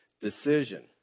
decision